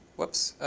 whoops.